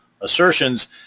assertions